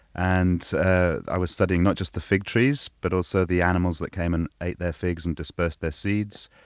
and ah i was studying not just the fig trees, but also the animals that came and ate their figs and dispersed their seeds.